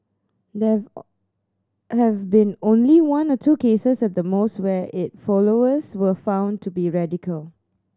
there have been only one or two cases at the most where it followers were found to be radical